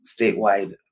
statewide